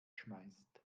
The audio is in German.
schmeißt